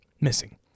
missing